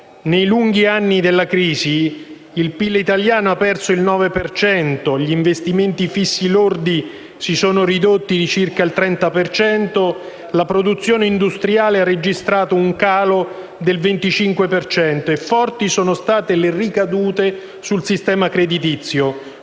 Nei lunghi anni della crisi, il PIL italiano ha perso il 9 per cento, gli investimenti fissi lordi si sono ridotti di circa il 30 per cento, la produzione industriale ha registrato un calo del 25 per cento e forti sono state le ricadute sul sistema creditizio,